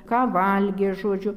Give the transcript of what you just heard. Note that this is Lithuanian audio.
ką valgė žodžiu